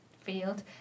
field